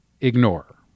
Ignore